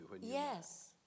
Yes